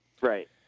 right